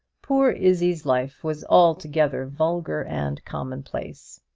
poor izzie's life was altogether vulgar and commonplace,